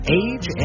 age